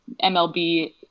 mlb